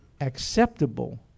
acceptable